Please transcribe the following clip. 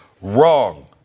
Wrong